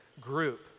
group